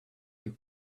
you